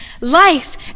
Life